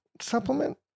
supplement